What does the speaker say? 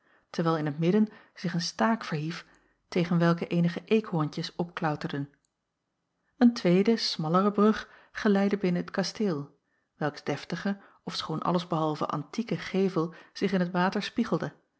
terwijl in t midden zich een staak verhief tegen welke eenige eekhorentjes opklauterden een tweede smaller brug geleidde binnen het kasteel welks deftige ofschoon alles behalve antieke gevel zich in het water spiegelde